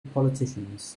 politicians